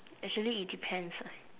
actually it depends ah